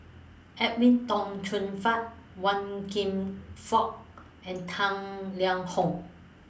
Edwin Tong Chun Fai Wan Kam Fook and Tang Liang Hong